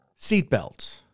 seatbelts